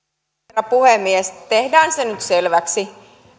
herra puhemies tehdään se nyt selväksi